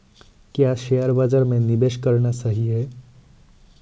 क्या शेयर बाज़ार में निवेश करना सही है?